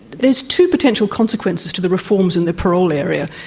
there's two potential consequences to the reforms in the parole area.